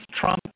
Trump